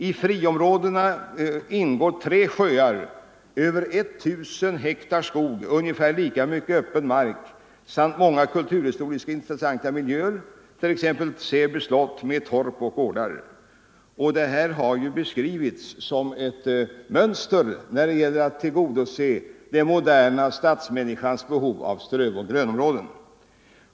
I friområdena ingår tre sjöar, över 1000 ha skog och ungefär lika mycket öppen mark samt många kulturhistoriskt intressanta miljöer t.ex. Säby slott, med torp och gårdar”. Detta har ju beskrivits som ett mönster när det gäller att tillgodose den moderna stadsmänniskans behov av strövoch grönområden.